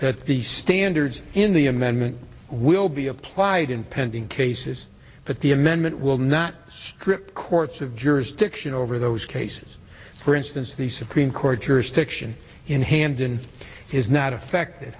that the standards in the amendment will be applied in pending cases but the amendment will not strip courts have jurisdiction over those cases for instance the supreme court jurisdiction in hand and is not affect